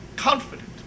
Confident